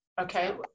okay